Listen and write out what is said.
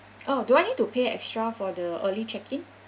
oh do I need to pay extra for the early check-in